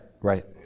right